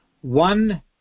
one